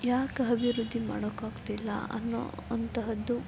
ಯಾಕೆ ಅಭಿವೃದ್ಧಿ ಮಾಡೋಕಾಗ್ತಿಲ್ಲ ಅನ್ನೋ ಅಂತಹದ್ದು